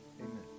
Amen